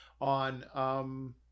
on